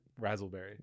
Razzleberry